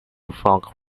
funk